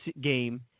game